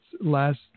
last